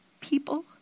people